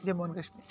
Jammu and Kashmir